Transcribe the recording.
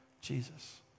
Jesus